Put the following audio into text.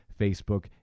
Facebook